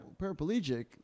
Paraplegic